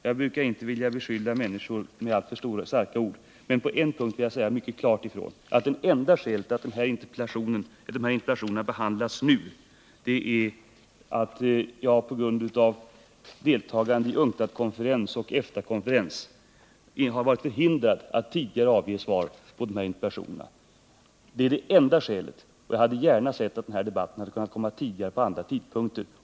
Jag brukar inte vilja beskylla människor med alltför starka ord, men på en punkt vill jag säga mycket klart ifrån: Ett skäl till att de här interpellationerna behandlas nu, är att jag på grund av deltagande i UNCTAD-konferens och EFTA-konferens har varit förhindrad att tidigare avge svar på interpellationerna. Jag hade gärna sett att denna debatt kunnat komma tidigare och vid en annan tidpunkt.